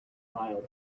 mild